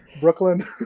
Brooklyn